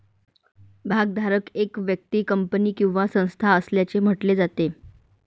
भागधारक एक व्यक्ती, कंपनी किंवा संस्था असल्याचे म्हटले जाते